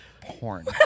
porn